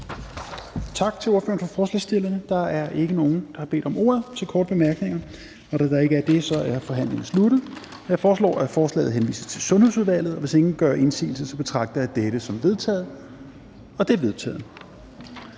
Tak til ordføreren for forslagsstillerne. Der er ikke nogen, der har bedt om ordet for korte bemærkninger. Og da der ikke er det, er forhandlingen sluttet. Jeg foreslår, at beslutningsforslaget henvises til Sundhedsudvalget. Hvis ingen gør indsigelse, betragter jeg dette som vedtaget. Det er vedtaget.